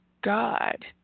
God